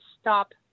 stop